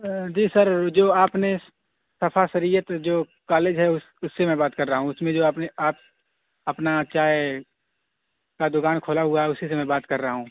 جی sir جو آپ نے شفا شریعت جو کالج ہے اس اس سے میں بات کر رہا ہوں اس میں جو آپ نے آپ اپنا چائے کا دکان کھولا ہوا ہے اسی سے میں بات کر رہا ہوں